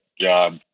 job